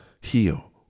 heal